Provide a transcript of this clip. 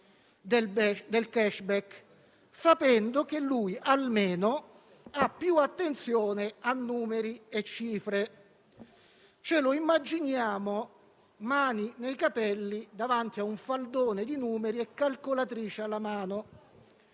del *cashback,* sapendo che lui almeno dedica maggiore attenzione a numeri e cifre. Ce lo immaginiamo, mani nei capelli, davanti a un faldone di numeri e calcolatrice alla mano.